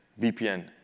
VPN